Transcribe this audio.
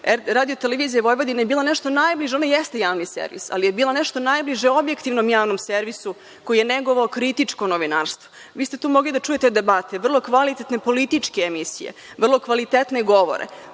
Radio televizija Vojvodine je bila nešto najbliže, ona jeste javni servis, ali je bila nešto najbliže objektivnom javnom servisu koji je negovao kritičko novinarstvo. Vi ste mogli tu da čujete debate, vrlo kvalitetne političke emisije, vrlo kvalitetne govore.